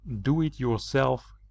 do-it-yourself